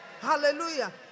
Hallelujah